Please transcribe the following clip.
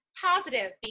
positive